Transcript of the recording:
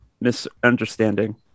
misunderstanding